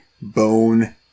bone